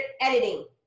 editing